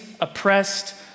oppressed